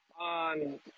on